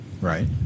Right